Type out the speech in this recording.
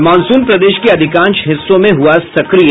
और मॉनसून प्रदेश के अधिकांश हिस्सों में हुआ सक्रिय